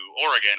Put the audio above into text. Oregon